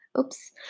Oops